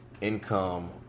income